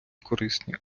корисні